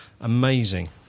Amazing